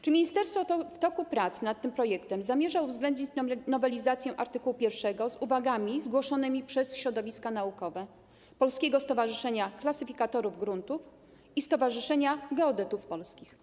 Czy ministerstwo w toku prac nad tym projektem zamierza uwzględnić nowelizację art. 1 z uwagami zgłoszonymi przez środowiska naukowe - Polskiego Stowarzyszenia Klasyfikatorów Gruntów i Stowarzyszenia Geodetów Polskich?